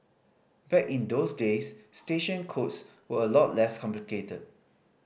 back in those days station codes were a lot less complicated